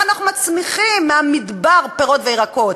איך אנחנו מצמיחים במדבר פירות וירקות.